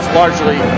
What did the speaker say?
largely